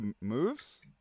moves